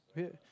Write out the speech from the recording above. we